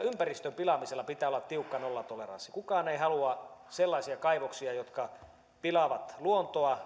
ympäristön pilaamiselle pitää olla tiukka nollatoleranssi kukaan ei halua sellaisia kaivoksia jotka pilaavat luontoa